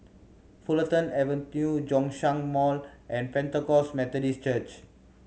Fulton Avenue Zhongshan Mall and Pentecost Methodist Church